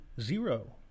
zero